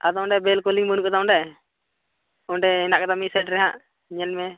ᱟᱫᱚ ᱚᱸᱰᱮ ᱵᱮᱹᱞ ᱠᱚᱞᱤᱝ ᱵᱟᱹᱱᱩᱜ ᱟᱠᱟᱫᱟ ᱚᱸᱰᱮ ᱚᱸᱰᱮ ᱦᱮᱱᱟᱜ ᱟᱠᱟᱫᱟ ᱢᱤᱫ ᱥᱟᱭᱤᱰ ᱨᱮᱦᱟᱸᱜ ᱧᱮᱞ ᱢᱮ